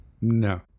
no